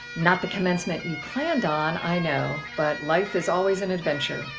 not the commencement you planned on, i know, but life is always an adventure.